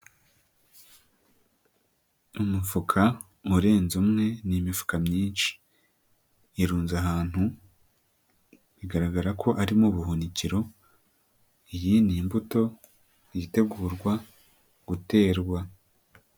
Umufuka urenze umwe ni imifuka myinshi, irunze ahantu bigaragara ko ari mu buhunikiro, iyi ni imbuto yitegurwa guterwa.